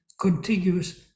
contiguous